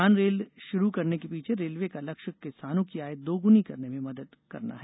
किसान रेल शुरू करने के पीछे रेलवे का लक्ष्य किसानों की आय दोगुनी करने में मदद करना है